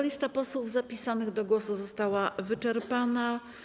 Lista posłów zapisanych do głosu została wyczerpana.